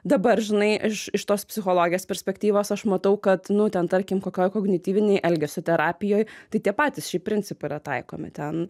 dabar žinai aš iš tos psichologės perspektyvos aš matau kad nu ten tarkim kokioj kognityvinėj elgesio terapijoj tai tie patys šiaip principai yra taikomi ten